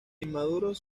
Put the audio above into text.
inmaduros